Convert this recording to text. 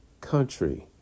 country